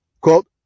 quote